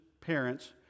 parents